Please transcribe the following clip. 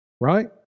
right